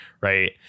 Right